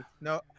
No